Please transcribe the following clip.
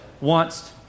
wants